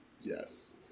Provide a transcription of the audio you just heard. Yes